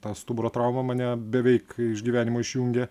ta stuburo trauma mane beveik iš gyvenimo išjungė